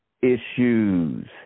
issues